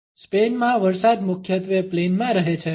સ્પેનમાં વરસાદ મુખ્યત્વે પ્લેન માં રહે છે